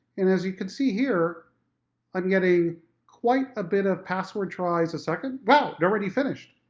and as you can see here i'm getting quite a bit of password tries a second, wow! it already finished!